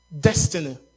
destiny